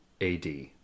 AD